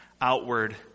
outward